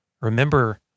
remember